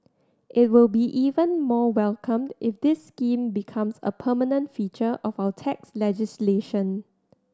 it will be even more welcomed if this scheme becomes a permanent feature of our tax legislation